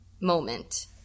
moment